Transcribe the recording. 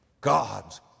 God's